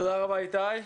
תודה רבה, איתי.